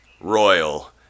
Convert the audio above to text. Royal